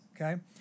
okay